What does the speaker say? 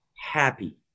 happy